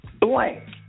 blank